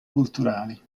culturali